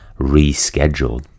rescheduled